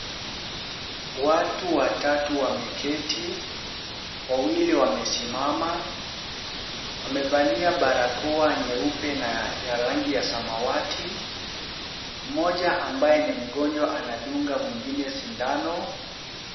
Watu watatu wameketi. Wawili wamesimama. Wamevalia barakoa nyeupe na ya rangi ya samawati. Mmoja ambaye ni mgonjwa anadunga mwingine sindano.